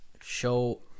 show